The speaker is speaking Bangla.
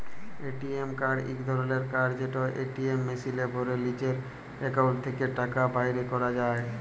এ.টি.এম কাড় ইক ধরলের কাড় যেট এটিএম মেশিলে ভ্যরে লিজের একাউল্ট থ্যাকে টাকা বাইর ক্যরা যায়